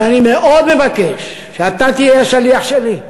אבל אני מאוד מבקש שאתה תהיה השליח שלי,